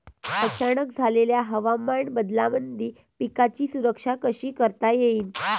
अचानक झालेल्या हवामान बदलामंदी पिकाची सुरक्षा कशी करता येईन?